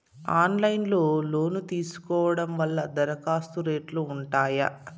Online లో loan తీసుకోవడం వల్ల దరఖాస్తు రేట్లు ఉంటాయా?